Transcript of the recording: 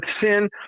sin